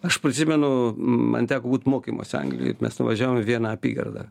aš prisimenu man teko būt mokymuose anglijoj ir mes nuvažiavom į vieną apygardą